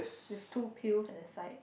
with two pills at the side